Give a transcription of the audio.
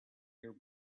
your